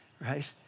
Right